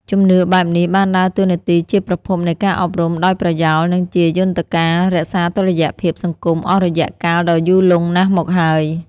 ជំនឿបែបនេះបានដើរតួនាទីជាប្រភពនៃការអប់រំដោយប្រយោល និងជាយន្តការរក្សាតុល្យភាពសង្គមអស់រយៈកាលដ៏យូរលង់ណាស់មកហើយ។